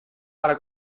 para